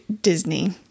Disney